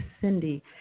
Cindy